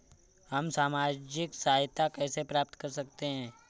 हम सामाजिक सहायता कैसे प्राप्त कर सकते हैं?